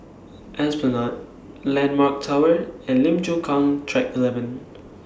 Esplanade Landmark Tower and Lim Chu Kang Track eleven